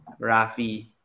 Rafi